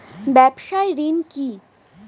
ব্যবসায় ঋণ কি?